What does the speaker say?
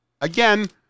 Again